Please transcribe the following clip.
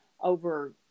over